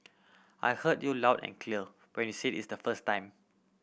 I heard you loud and clear when you said it's the first time